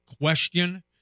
question